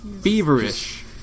Feverish